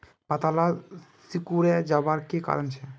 पत्ताला सिकुरे जवार की कारण छे?